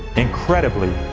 incredibly,